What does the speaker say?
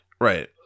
Right